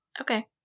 okay